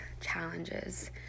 challenges